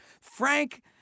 Frank